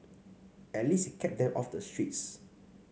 at least it kept them off the streets